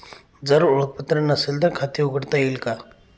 जर ओळखपत्र नसेल तर खाते उघडता येईल का?